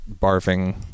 barfing